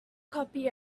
copy